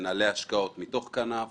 מנהלי השקעות מתוך כלל ניהול סיכון.